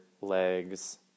legs